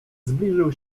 zbliżył